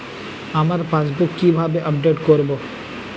আমার পাসবুক কিভাবে আপডেট করবো?